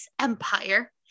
empire